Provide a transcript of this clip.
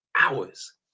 hours